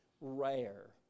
rare